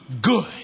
good